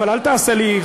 אבל אל תעשה לי,